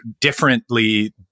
differently